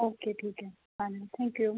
okay ठीक आहे आणि थँक्यू